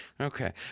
okay